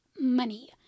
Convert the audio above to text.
money